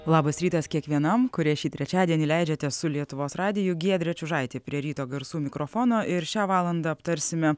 labas rytas kiekvienam kurie šį trečiadienį leidžiate su lietuvos radiju giedrė čiužaitė prie ryto garsų mikrofono ir šią valandą aptarsime